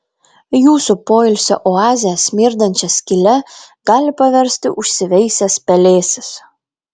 jūsų poilsio oazę smirdančia skyle gali paversti užsiveisęs pelėsis